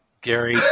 Gary